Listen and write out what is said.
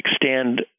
extend